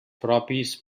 propis